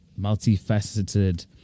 multifaceted